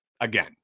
again